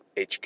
HQ